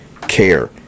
care